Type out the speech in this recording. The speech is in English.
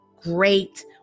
great